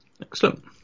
Excellent